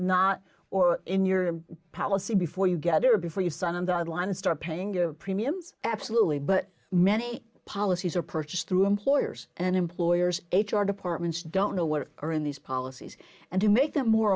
not or in your policy before you get there before you sign on the line and start paying premiums absolutely but many policies are purchased through employers and employers h r departments don't know what are in these policies and to make them more